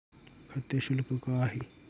खाते शुल्क काय आहे?